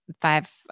five